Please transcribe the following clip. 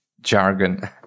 jargon